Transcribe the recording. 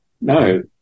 No